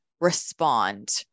respond